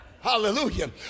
hallelujah